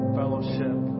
fellowship